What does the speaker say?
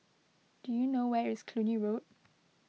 do you know where is Cluny Road